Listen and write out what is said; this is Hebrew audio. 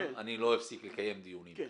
אני לא אפסיק לקיים דיונים כאן.